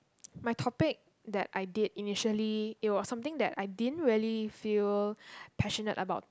my topic that I did initially it was something that I didn't really feel passionate about